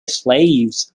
slaves